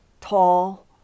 tall